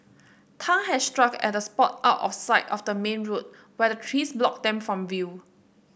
Tan had struck at a spot out of sight of the main road where the trees blocked them from view